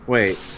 Wait